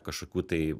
kažkokių tai